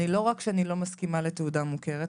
לא רק שאני לא מסכימה לתעודה מוכרת,